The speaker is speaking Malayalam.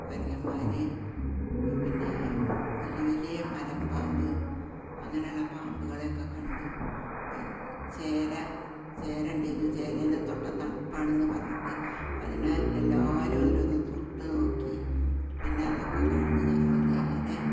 കുരങ്ങന്മാർ പിന്നെ വലിയ വലിയ മലമ്പാമ്പ് അങ്ങനെയുള്ള പാമ്പുകളെയൊക്കെ കണ്ടു ചേര ചേരയുണ്ടായിരുന്നു ചേരേനെ തൊട്ടാൽ തണുപ്പാണെന്നു പറഞ്ഞിട്ട് അതിനെ എല്ലാവരും ഓരോന്നു തൊട്ടുനോക്കി പിന്നെ അതൊക്കെ കഴിഞ്ഞു ഞങ്ങൾ നേരെ